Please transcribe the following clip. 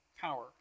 power